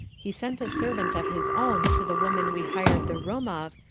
he sent a servant of his own to the woman we hired the room of,